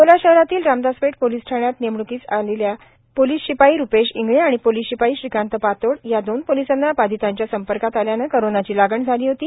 अकोला शहरातील रामदासपेठ पोलिस ठाण्यात नेमण्कीस असलेल्या पोलीस शिपाई रुपेश इंगळे आणि पोलीस शिपाई श्रीकांत पातोड या दोन पोलिसांना बाधितांच्या संपर्कात आल्यानं कोरोनाची लागण झाली होती